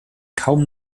kaum